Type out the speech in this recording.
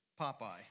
Popeye